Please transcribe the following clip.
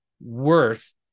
worth